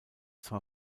zwar